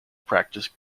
practice